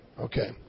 Okay